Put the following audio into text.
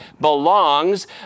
belongs